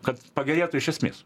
kad pagerėtų iš esmės